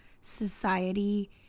society